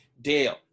dale